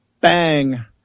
Bang